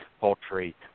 poultry